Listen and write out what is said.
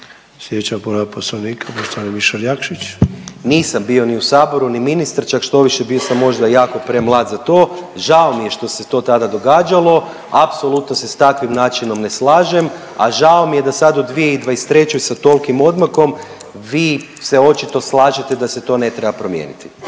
Slijedeća povreda Poslovnika, poštovani Mišel Jakšić. **Jakšić, Mišel (SDP)** Nisam bio ni u saboru, ni ministar čak štoviše bio sam možda jako premlad za to. Žao mi je što se to tada događalo, apsolutno se s takvim načinom ne slažem, a žao mi je da sad u 2023. sa tolikim odmakom vi se očito slažete da se to očito ne treba promijeniti.